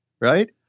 right